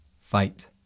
fight